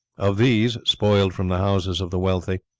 of these, spoiled from the houses of the wealthy,